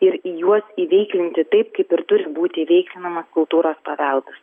ir juos įveikiantį taip kaip ir turi būti įveiklinamas kultūros paveldas